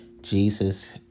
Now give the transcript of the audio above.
Jesus